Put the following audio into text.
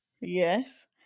Yes